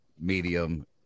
medium